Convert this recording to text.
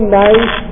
nice